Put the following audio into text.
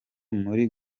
muri